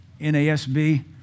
NASB